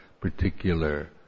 particular